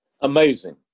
Amazing